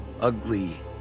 Ugly